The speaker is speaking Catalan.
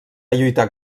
lluitar